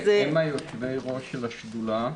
הנוכחים כאן יושבי הראש של השדולה.